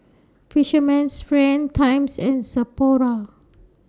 Fisherman's Friend Times and Sapporo